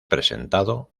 presentado